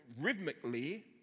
rhythmically